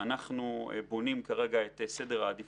אנחנו בונים כרגע את סדר העדיפות,